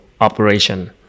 operation